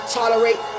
tolerate